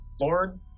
lord